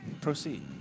proceed